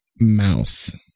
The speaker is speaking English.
Mouse